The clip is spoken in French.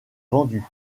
vendu